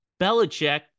Belichick